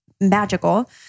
magical